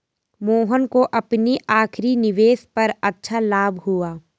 मोहन को अपनी आखिरी निवेश पर अच्छा लाभ हुआ